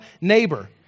neighbor